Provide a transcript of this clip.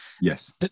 Yes